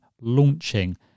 launching